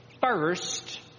first